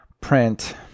print